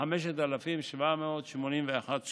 ל-5,781 שקלים.